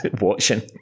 watching